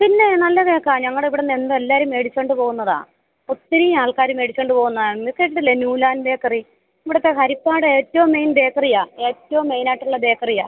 പിന്നേ നല്ല കേക്കാണ് ഞങ്ങടിവ്ട്ന്നെന്തെല്ലാരും മേടിച്ചു കൊണ്ട് പോവുന്നതാണ് ഒത്തിരി ആൾക്കാർ മേടിച്ചു കൊണ്ട് പോവുന്നതാണ് കണ്ടില്ലേ ന്യൂലാൻഡ് ബേക്കറി ഇവിടത്തെ ഹരിപ്പാട് ഏറ്റവും മേയ്ൻ ബേക്കറിയാണ് ഏറ്റവും മെയിനായിട്ടുള്ള ബേക്കറിയാണ്